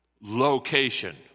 location